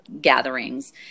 gatherings